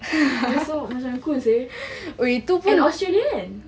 ya so macam cool seh and australia kan